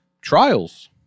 Trials